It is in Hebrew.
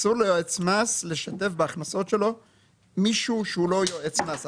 אסור ליועץ מס לשתף בהכנסות שלו מישהו שהוא לא יועץ מס.